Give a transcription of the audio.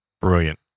Brilliant